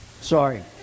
Sorry